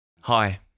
Hi